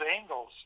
angles